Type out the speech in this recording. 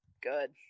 good